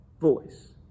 voice